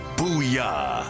Booyah